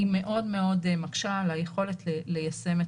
אסיר עם מוגבלות שמקשה באופן ממשי על